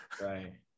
Right